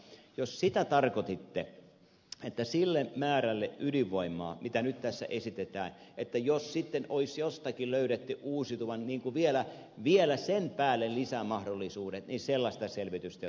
jos sitä tarkoititte että jos sille määrälle ydinvoimaa mitä nyt tässä esitetään olisi jostakin löydetty uusiutuvalle vielä sen päälle lisämahdollisuudet niin sellaista selvitystä ei ole tehty